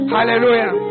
Hallelujah